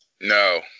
No